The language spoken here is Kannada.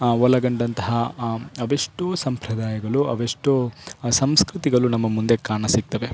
ಒಳಗೊಂಡಂತಹ ಅವೆಷ್ಟೋ ಸಂಪ್ರದಾಯಗಳು ಅವೆಷ್ಟೋ ಸಂಸ್ಕೃತಿಗಳು ನಮ್ಮ ಮುಂದೆ ಕಾಣ ಸಿಗ್ತವೆ